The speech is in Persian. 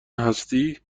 هستی